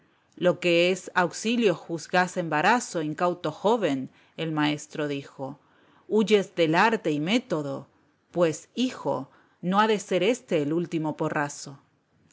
lo que es auxilio juzgas embarazo incauto joven el maestro dijo huyes del arte y método pues hijo no ha de ser éste el último porrazo sus